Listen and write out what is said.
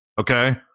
Okay